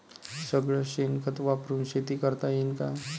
सगळं शेन खत वापरुन शेती करता येईन का?